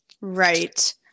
Right